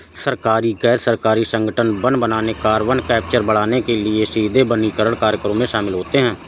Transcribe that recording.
सरकारी, गैर सरकारी संगठन वन बनाने, कार्बन कैप्चर बढ़ाने के लिए सीधे वनीकरण कार्यक्रमों में शामिल होते हैं